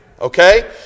okay